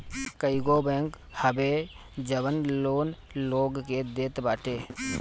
कईगो बैंक हवे जवन लोन लोग के देत बाटे